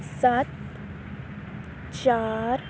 ਸੱਤ ਚਾਰ